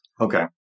Okay